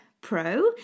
pro